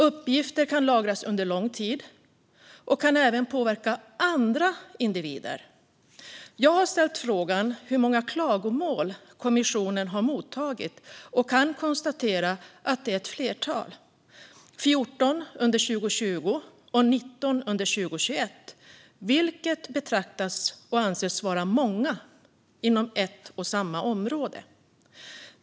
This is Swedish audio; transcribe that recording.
Uppgifter kan lagras under lång tid och kan även påverka andra individer. Jag har ställt frågan hur många klagomål kommissionen har mottagit och kan konstatera att det är ett flertal: 14 under 2020 och 19 under 2021, vilket anses vara många inom ett och samma område.